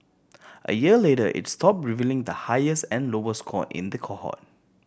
a year later it stopped revealing the highest and lowest score in the cohort